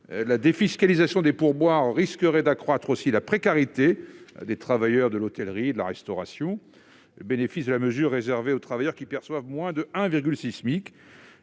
la défiscalisation des pourboires risquerait d'accroître la précarité des travailleurs de l'hôtellerie et de la restauration, puisque le bénéfice de la mesure serait réservé aux travailleurs percevant moins de 1,6